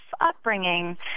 upbringing